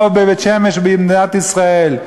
פה, בבית-שמש, במדינת ישראל.